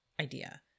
idea